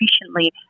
efficiently